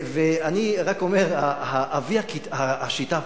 ואני רק אומר, אבי השיטה הקפיטליסטית,